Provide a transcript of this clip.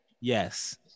Yes